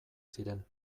ziren